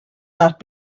not